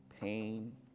pain